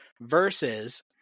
versus